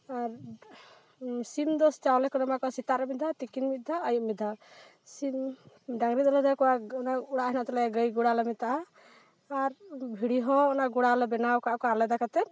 ᱟᱨ ᱥᱤᱢ ᱫᱚ ᱪᱟᱣᱞᱮ ᱠᱚᱞᱮ ᱮᱢᱟ ᱠᱚᱣᱟ ᱥᱮᱛᱟᱜ ᱨᱮ ᱢᱤᱫ ᱫᱷᱟᱣ ᱛᱤᱠᱤᱱ ᱢᱤᱫ ᱫᱷᱟᱣ ᱟᱹᱭᱩᱵ ᱢᱤᱫ ᱫᱷᱟᱣ ᱥᱤᱢ ᱰᱟᱝᱨᱤ ᱫᱚᱞᱮ ᱫᱚᱦᱚ ᱠᱚᱣᱟ ᱚᱱᱟ ᱚᱲᱟᱜ ᱦᱮᱱᱟᱜ ᱛᱟᱞᱮᱭᱟ ᱜᱟᱹᱭ ᱜᱚᱲᱟ ᱞᱮ ᱢᱮᱛᱟᱜᱼᱟ ᱟᱨ ᱵᱷᱤᱲᱤ ᱦᱚᱸ ᱚᱱᱟ ᱜᱚᱲᱟ ᱞᱮ ᱵᱮᱱᱟᱣ ᱟᱠᱟᱫ ᱠᱚᱣᱟ ᱟᱞᱟᱫᱟ ᱠᱟᱛᱮᱫ